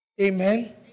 Amen